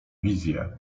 wizje